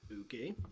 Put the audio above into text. Okay